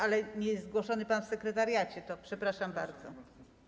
Ale nie jest zgłoszony pan w sekretariacie, przepraszam bardzo.